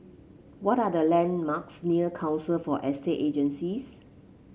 what are the landmarks near Council for Estate Agencies